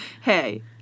Hey